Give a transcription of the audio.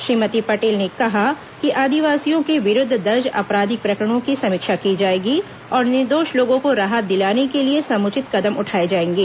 श्रीमती पटेल ने कहा कि आदिवासियों के विरूद्व दर्ज आपराधिक प्रकरणों की समीक्षा की जाएगी और निर्दोष लोगों को राहत दिलाने के लिए समुचित कदम उठाए जाएंगे